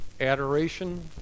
adoration